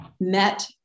met